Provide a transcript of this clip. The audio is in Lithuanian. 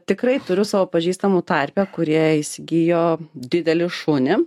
tikrai turiu savo pažįstamų tarpe kurie įsigijo didelį šunį